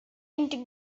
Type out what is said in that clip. into